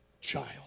child